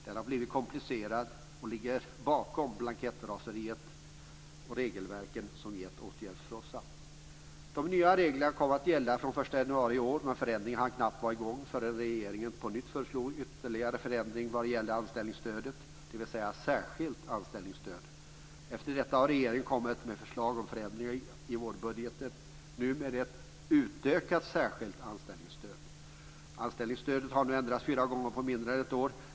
Den har blivit komplicerad och ligger bakom blankettraseriet och regelverken som gett åtgärdsfrossa. De nya reglerna kom att gälla från den 1 januari i år, men förändringarna hann knappt komma i gång förrän regeringen på nytt föreslog ytterligare förändring vad gäller anställningsstödet, dvs. särskilt anställningsstöd. Efter detta har regeringen kommit med förslag om förändringar i vårbudgeten, nu med ett utökat särskilt anställningsstöd. Anställningsstödet har nu ändrats fyra gånger på mindre än ett år.